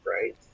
right